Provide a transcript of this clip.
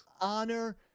honor